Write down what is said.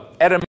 Adam